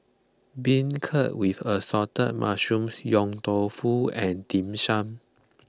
Beancurd with Assorted Mushrooms Yong Tau Foo and Dim Sum